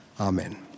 Amen